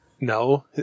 No